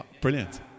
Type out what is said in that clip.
Brilliant